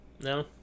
no